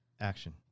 Action